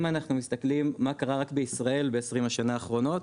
אם אנחנו מסתכלים מה קרה רק בישראל ב-20 השנה האחרונות,